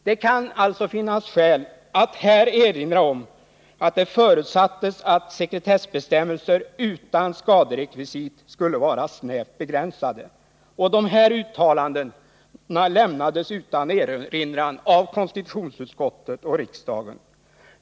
Det kan alltså finnas skäl att här också erinra om att det förutsattes att sekretessbestämmelser utan skaderekvisit skulle vara snävt begränsade. Dessa uttalanden lämnades utan erinran av konstitutionsutskottet och riksdagen.